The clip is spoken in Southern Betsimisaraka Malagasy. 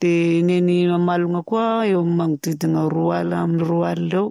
Dia ny amalogna koa eo amin'ny manodidina ny ray alina amin'ny roa alina eo